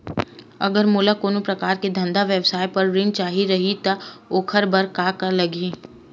अगर मोला कोनो प्रकार के धंधा व्यवसाय पर ऋण चाही रहि त ओखर बर का का लगही?